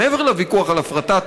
מעבר לוויכוח על הפרטה,